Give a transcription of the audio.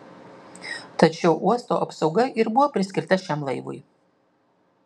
tad šio uosto apsauga ir buvo priskirta šiam laivui